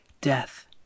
death